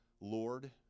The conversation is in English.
Lord